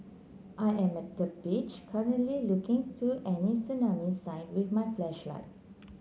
I am at the beach currently looking to any tsunami sign with my flashlight